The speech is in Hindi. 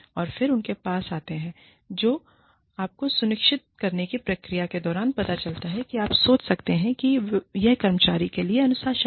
और फिर वे उनके पास आते हैं जो आपको अनुशासित करने की प्रक्रिया के दौरान पता चलता है कि आप सोच सकते हैं कि यह कर्मचारी के लिए अनुशासन है